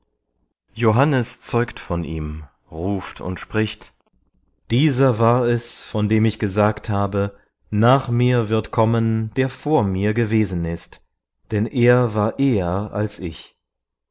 johannes zeugt von ihm ruft und spricht dieser war es von dem ich gesagt habe nach mir wird kommen der vor mir gewesen ist denn er war eher als ich